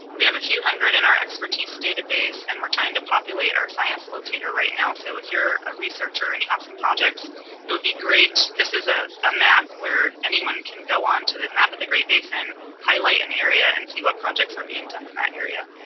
we have a few hundred in our expertise database, and we're trying to populate our science locator right now. so if your a researchers and you have some projects it would be great, this is a a map where anyone can go onto the map of the great basin highlight an area and see what projects are being done in that area.